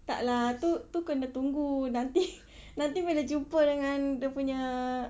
tak lah itu itu kena tunggu nanti nanti bila jumpa dengan dia punya